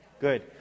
Good